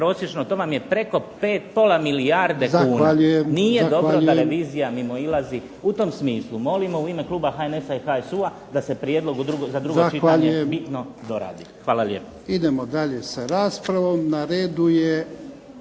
to vam je preko pola milijarde kuna. Nije dobro da revizija mimoilazi. U tom smislu molimo u ime kluba HNS-a i HSU-a da se prijedlog za drugo čitanje bitno doradi. Hvala lijepo. **Jarnjak,